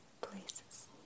places